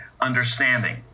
understanding